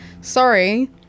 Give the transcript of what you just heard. Sorry